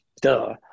duh